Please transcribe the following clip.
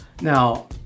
now